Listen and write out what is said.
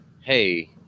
hey